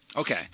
okay